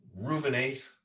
ruminate